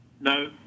No